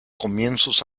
comienzos